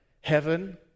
heaven